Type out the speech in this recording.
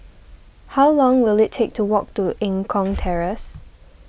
how long will it take to walk to Eng Kong Terrace